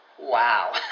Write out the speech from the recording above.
Wow